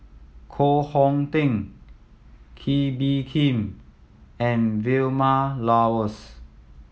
Koh Hong Teng Kee Bee Khim and Vilma Laus